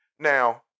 Now